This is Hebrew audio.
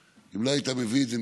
אם לא היית מביא את זה,